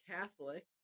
Catholic